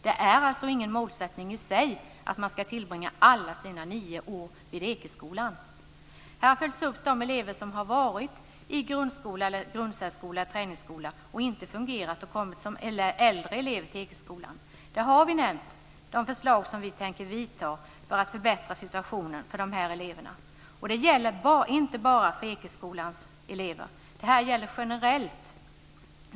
Det är alltså ingen målsättning i sig att man ska tillbringa alla sina nio år vid Ekeskolan. Här följs upp de elever som har varit i grundskola, grundsärskola eller träningsskola och inte fungerat och kommit som äldre elever till Ekeskolan. Vi har nämnt de förslag som vi tänker vidta för att förbättra situationen för de här eleverna. Det gäller inte bara för Ekeskolans elever, utan det här gäller generellt.